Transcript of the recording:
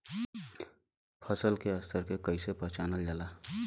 फसल के स्तर के कइसी पहचानल जाला